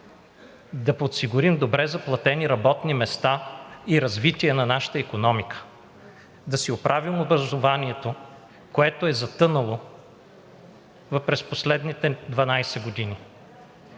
да подсигурим добре заплатени работни места и развитие на нашата икономика, да си оправим образованието, което е затънало през последните 12 години,